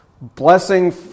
blessing